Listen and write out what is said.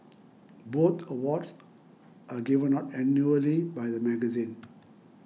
both awards are given out annually by the magazine